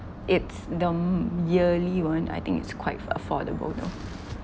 it's the m~ yearly one I think it's quite ffor~ affordable though